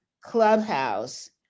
Clubhouse